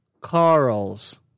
carls